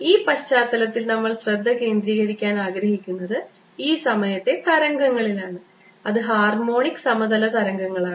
ഈ പശ്ചാത്തലത്തിൽ നമ്മൾ ശ്രദ്ധ കേന്ദ്രീകരിക്കാൻ ആഗ്രഹിക്കുന്നത് ഈ സമയത്തെ തരംഗങ്ങളിലാണ് അത് ഹാർമോണിക് സമതല തരംഗങ്ങളാണ്